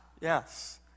Yes